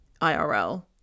IRL